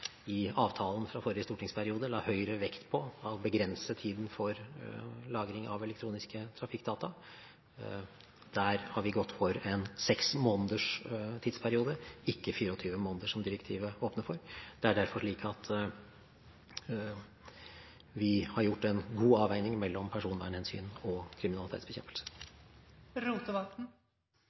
i avtalen fra forrige stortingsperiode la Høyre vekt på å begrense tiden for lagring av elektroniske trafikkdata. Der har vi gått for en tidsperiode på 6 måneder, ikke 24 måneder, som direktivet åpner for. Det er derfor slik at vi har gjort en god avveining mellom personvernhensyn og kriminalitetsbekjempelse.